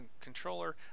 controller